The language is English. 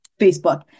Facebook